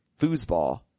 foosball